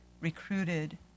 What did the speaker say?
recruited